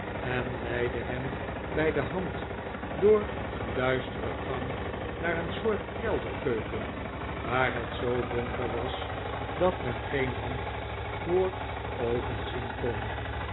en leidde hem bij de hand door een duistere gang naar een soort kelderkeuken waar het zoo donker was dat men geen hand voor oogen zien kon